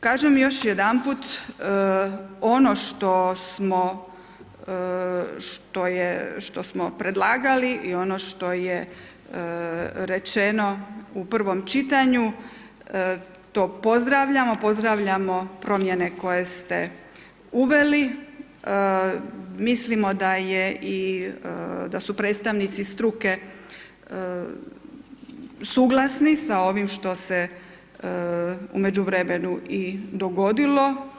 Kažem još jedanput ono što smo predlagali i ono što je rečeno u prvom čitanju to pozdravljamo, pozdravljamo promjene koje ste uveli, mislimo da je i, da su predstavnici struke suglasni sa ovim što se u međuvremenu i dogodilo.